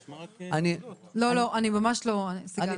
לא, אני ממש לא, סיגל.